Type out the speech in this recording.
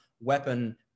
weapon